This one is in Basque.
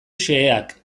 xeheak